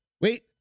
Wait